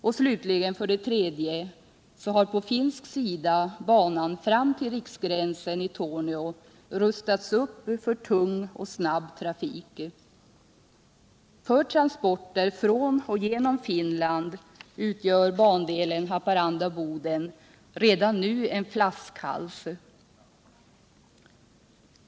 Och för det tredje slutligen har på finsk sida banan fram till riksgränsen i Torneå rustats upp för tung och snabb trafik. För transporter från och genom Finland utgör bandelen Haparanda-Boden redan nu en flaskhals.